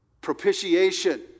Propitiation